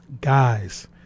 guys